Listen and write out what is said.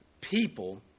people